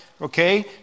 okay